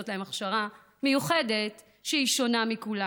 להם הכשרה מיוחדת שהיא שונה משל כולם.